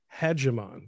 hegemon